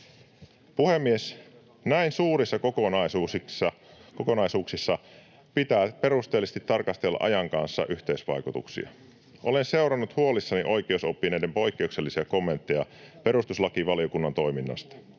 Puhemies! Näin suurissa kokonaisuuksissa pitää tarkastella perusteellisesti, ajan kanssa yhteisvaikutuksia. Olen kuitenkin seurannut huolissani oikeusoppineiden poikkeuksellisia kommentteja perustuslakivaliokunnan toiminnasta.